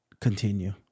continue